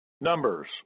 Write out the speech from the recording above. Numbers